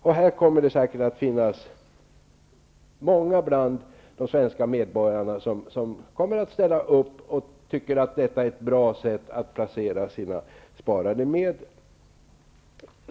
Här kommer det säkert att finnas många bland de svenska medborgarna som ställer upp och tycker att detta är ett bra sätt att placera sina sparade medel.